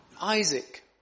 Isaac